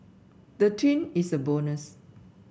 the twin is a bonus